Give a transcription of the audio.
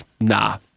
nah